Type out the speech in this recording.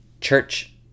Church